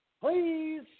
please